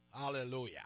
Hallelujah